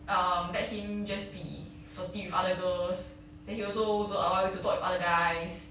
um that him just be flirting with other girls then he also don't allow you to talk with other guys